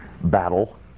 battle